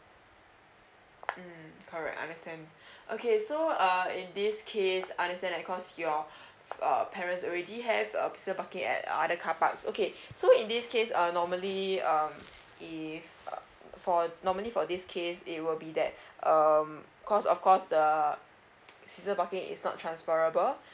mm correct understand okay so uh in this case understand that cause your uh parents already have a season parking at other carparks okay so in this case uh normally um if uh for normally for this case it will be that um cause of course the season parking is not transferable